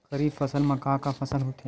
खरीफ फसल मा का का फसल होथे?